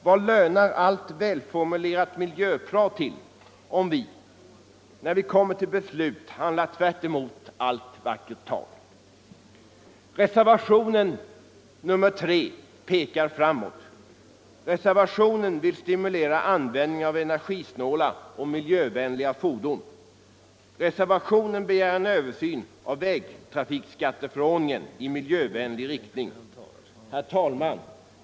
Vad lönar allt välformulerat miljöprat till, om vi när vi kommer till beslut handlar tvärtemot allt vackert tal? Reservationen 3 pekar framåt. Den vill stimulera användningen av energisnåla och miljövänliga fordon. I reservationen begärs en översyn av vägtrafikskatteförordningen i miljövänlig riktning. Herr talman!